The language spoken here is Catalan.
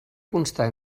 constar